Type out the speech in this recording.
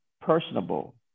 personable